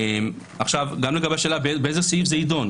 גם לגבי השאלה באיזה סעיף זה יידון,